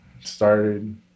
started